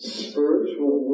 spiritual